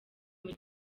muri